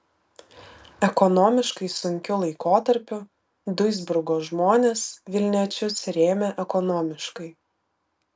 ekonomiškai sunkiu laikotarpiu duisburgo žmonės vilniečius rėmė ekonomiškai